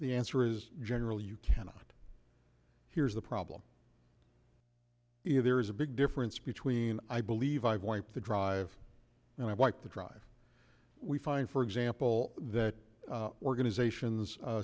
the answer is general you cannot here's the problem if there is a big difference between i believe i've wiped the drive and i wipe the drive we find for example that organizations